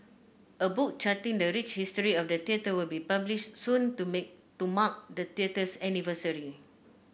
a book charting the rich history of the theatre will be published soon to mark the theatre's anniversary